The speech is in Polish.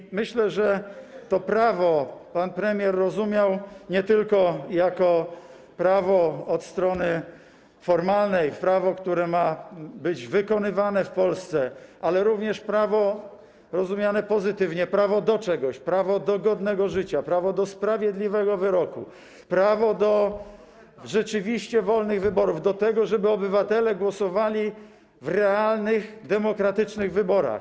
I myślę, że to prawo pan premier rozumiał nie tylko jako prawo od strony formalnej, prawo, które ma być wykonywane w Polsce, ale również jako prawo rozumiane pozytywnie, prawo do czegoś, prawo do godnego życia, prawo do sprawiedliwego wyroku, prawo do rzeczywiście wolnych wyborów, do tego, żeby obywatele głosowali w realnych, demokratycznych wyborach.